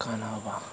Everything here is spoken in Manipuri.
ꯀꯥꯟꯅꯕ